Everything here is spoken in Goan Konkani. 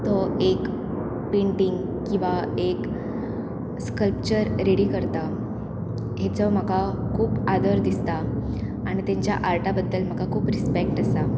तो एक पेंटींग किंवां एक स्कल्पचर रेडी करता हेचो म्हाका खूब आदर दिसता आणी तेंच्या आर्टा बद्दल म्हाका खूब रिस्पेक्ट आसा